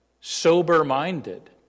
sober-minded